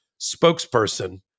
spokesperson